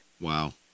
Wow